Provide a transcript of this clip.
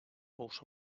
bous